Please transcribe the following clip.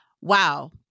Wow